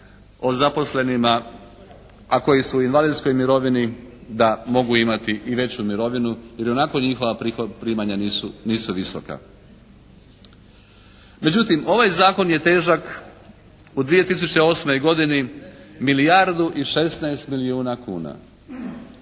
o zaposlenima a koji su u invalidskoj mirovini, da mogu imati veću mirovinu jer ionako njihova primanja nisu visoka. Međutim ovaj zakon je težak u 2008. godini milijardu i 16 milijuna kuna.